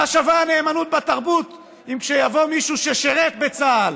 מה שווה הנאמנות בתרבות אם כשיבוא מישהו ששירת בצה"ל